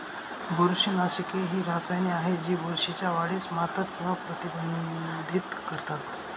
बुरशीनाशके ही रसायने आहेत जी बुरशीच्या वाढीस मारतात किंवा प्रतिबंधित करतात